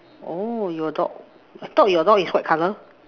oh your dog I thought your dog is white colour